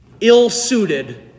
ill-suited